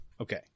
Okay